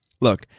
Look